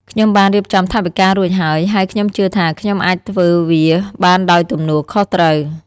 ខ្ញុំបានរៀបចំថវិការួចហើយ ហើយខ្ញុំជឿថាខ្ញុំអាចធ្វើវាបានដោយទំនួលខុសត្រូវ។